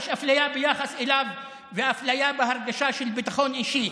יש אפליה ביחס אליו ואפליה בהרגשה של ביטחון אישי.